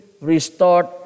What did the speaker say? restored